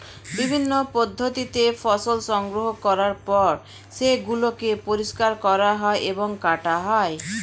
বিভিন্ন পদ্ধতিতে ফসল সংগ্রহ করার পর সেগুলোকে পরিষ্কার করা হয় এবং কাটা হয়